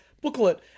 booklet